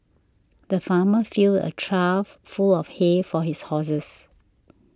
the farmer filled a trough full of hay for his horses